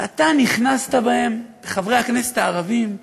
ואתה נכנסת בהם, בחברי הכנסת הערבים,